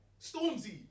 Stormzy